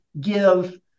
give